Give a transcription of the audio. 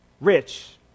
rich